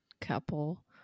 couple